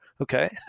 Okay